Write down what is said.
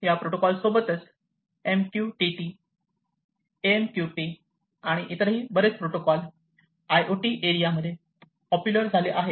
या प्रोटोकॉल सोबतच MQTT AMQP आणि आणि इतरही बरेच protocol I O T area मध्ये पॉप्युलर झाले आहेत